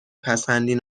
پسندین